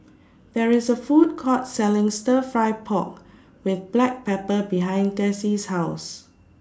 There IS A Food Court Selling Stir Fry Pork with Black Pepper behind Dessie's House